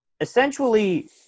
essentially